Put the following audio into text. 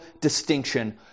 distinction